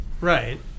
right